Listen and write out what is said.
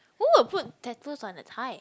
who will put tattoos on a thigh